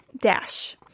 Dash